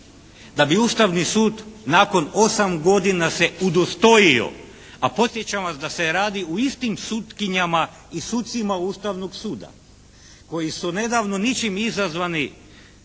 da bi Ustavni sud nakon 8 godina se udostojio, a podsjećam vas da se radi o istim sutkinjama i sucima Ustavnog suda koji su nedavno ničim izazvani